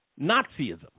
Nazism